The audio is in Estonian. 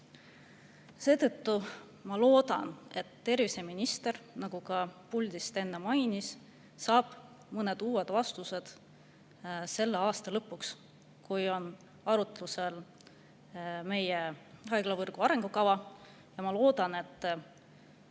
Seetõttu ma loodan, et terviseminister, nagu ta ka puldist enne mainis, saab mõned uued vastused selle aasta lõpuks, kui on arutlusel meie haiglavõrgu arengukava. Ma loodan, et